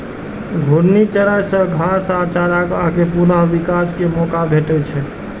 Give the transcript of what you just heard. घूर्णी चराइ सं घास आ चारागाह कें पुनः विकास के मौका भेटै छै